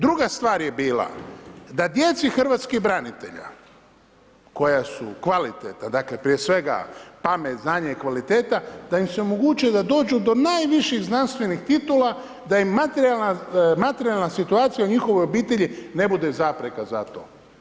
Druga stvar je bila da djeci hrvatskih branitelja koja su kvalitetna, dakle prije svega pamet, znanje i kvaliteta, da im se omogući da dođu do najviših znanstvenih titula da im materijalna situacija u njihovoj obitelji ne bude zapreka za to.